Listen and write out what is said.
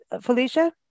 Felicia